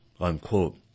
unquote